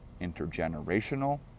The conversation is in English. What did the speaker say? intergenerational